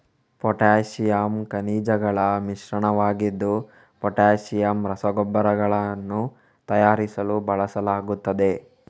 potassium ಖನಿಜಗಳ ಮಿಶ್ರಣವಾಗಿದ್ದು potassium ರಸಗೊಬ್ಬರಗಳನ್ನು ತಯಾರಿಸಲು ಬಳಸಲಾಗುತ್ತದೆ